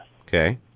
Okay